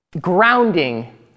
grounding